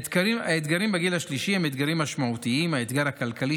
האתגרים בגיל השלישי הם אתגרים משמעותיים: האתגר הכלכלי,